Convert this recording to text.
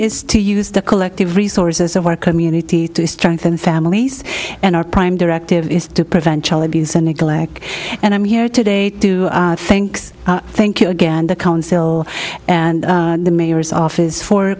is to use the collective resources of our community to strengthen families and our prime directive is to prevent child abuse and neglect and i'm here today to thanks thank you again the council and the mayor's office for